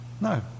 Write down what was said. No